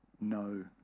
no